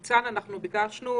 ניצן, ביקשנו